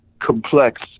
complex